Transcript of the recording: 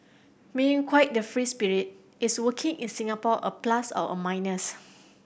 being quite the free spirit is working in Singapore a plus or a minus